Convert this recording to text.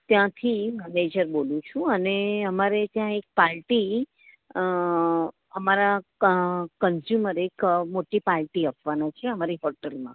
ત્યાંથી મેનેજર બોલું છું અને અમારે ત્યાં એક પાર્ટી અમારા કન્ઝ્યુમર એક મોટી પાર્ટી આપવાના છે અમારી હોટલમાં